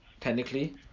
technically